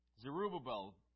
Zerubbabel